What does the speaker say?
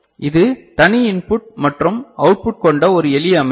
இது தனி இன்புட் மற்றும் அவுட்புட் கொண்ட ஒரு எளிய அமைப்பு